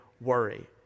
worry